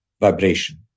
vibration